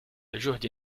جهد